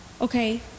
okay